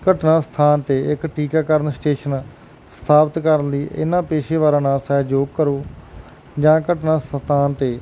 ਘਟਨਾ ਸਥਾਨ 'ਤੇ ਇੱਕ ਟੀਕਾਕਰਨ ਸਟੇਸ਼ਨ ਸਥਾਪਿਤ ਕਰਨ ਲਈ ਇਨ੍ਹਾਂ ਪੇਸ਼ੇਵਰਾਂ ਨਾਲ ਸਹਿਯੋਗ ਕਰੋ ਜਾਂ ਘਟਨਾ ਸਥਾਨ 'ਤੇ